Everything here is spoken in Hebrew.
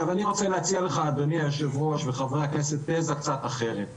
אני רוצה להציע לך אדוני היושב-ראש וחברי הכנסת תזה קצת אחרת.